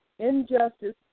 injustice